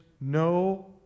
no